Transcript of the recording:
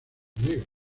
negras